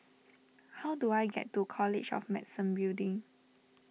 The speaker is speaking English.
how do I get to College of Medicine Building